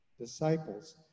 disciples